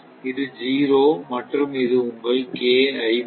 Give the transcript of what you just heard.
இது ஸிரோ மற்றும் இது உங்கள் மதிப்பு